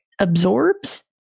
absorbs